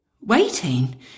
Waiting